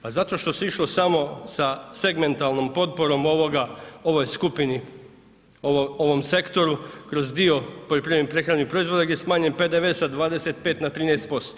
Pa zato što se išlo samo sa segmentalnom potporom ovoj skupini, ovom sektoru kroz dio poljoprivredno-prehrambenih proizvoda gdje je smanjen PDV sa 25 na 13%